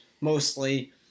mostly